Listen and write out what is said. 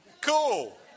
Cool